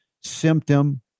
symptom